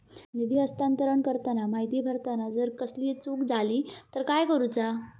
निधी हस्तांतरण करताना माहिती भरताना जर कसलीय चूक जाली तर काय करूचा?